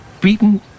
beaten